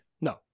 No